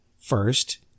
first